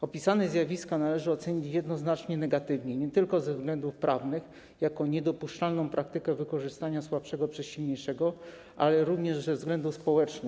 Opisane zjawiska należy ocenić jednoznacznie negatywnie, nie tylko ze względów prawnych - jest to niedopuszczalna praktyka wykorzystania słabszego przez silniejszego - lecz także ze względów społecznych.